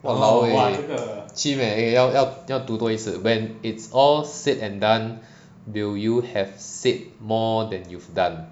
!walao! eh chim eh 要要要读多一次 when it's all said and done will you have said more than you've done